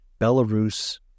Belarus